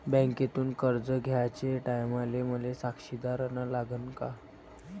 बँकेतून कर्ज घ्याचे टायमाले मले साक्षीदार अन लागन का?